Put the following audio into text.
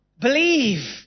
believe